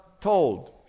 told